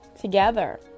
together